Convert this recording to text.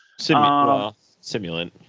simulant